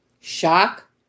Shock